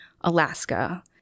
Alaska